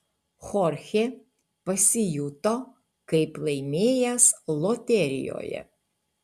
chorchė pasijuto kaip laimėjęs loterijoje